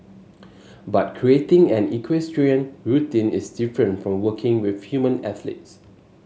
but creating an equestrian routine is different from working with human athletes